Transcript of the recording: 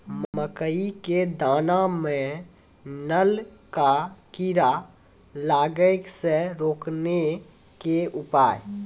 मकई के दाना मां नल का कीड़ा लागे से रोकने के उपाय?